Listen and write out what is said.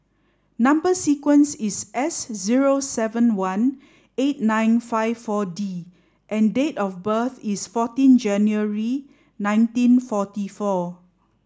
number sequence is S zero seven one eight nine five four D and date of birth is fourteen January nineteen forty four